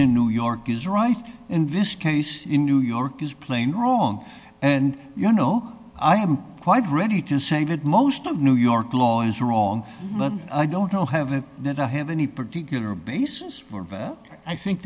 in new york is right and this case in new york is plain wrong and you know i am quite ready to say that most of new york law is wrong but i don't know have that or have any particular basis or i think